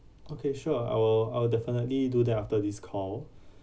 okay sure I will I will definitely do that after this call